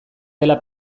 dela